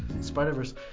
Spider-Verse